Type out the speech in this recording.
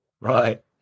Right